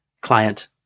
client